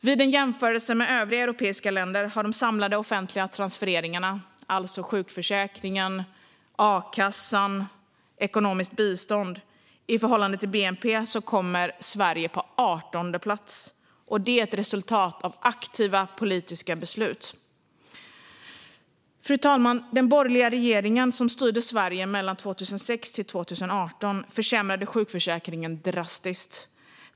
Vid en jämförelse med övriga europeiska länder av de samlade offentliga transfereringarna, alltså sjukförsäkringen, a-kassan och ekonomiskt bistånd i förhållande till bnp, kommer Sverige på 18:e plats. Det är ett resultat av aktiva politiska beslut. Fru talman! Den borgerliga regering som styrde Sverige mellan 2006 och 2014 försämrade sjukförsäkringen drastiskt.